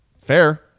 Fair